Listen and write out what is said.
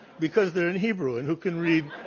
because they're in hebrew and who can read